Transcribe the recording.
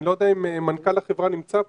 אני לא יודע אם מנכ"ל החברה נמצא פה,